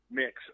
mix